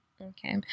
Okay